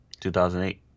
2008